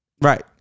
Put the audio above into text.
Right